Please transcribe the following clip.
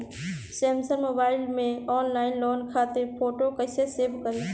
Samsung mobile में online loan खातिर photo कैसे सेभ करीं?